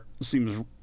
seems